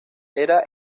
era